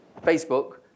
Facebook